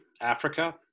Africa